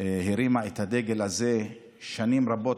הרימה את הדגל הזה שנים רבות,